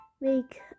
make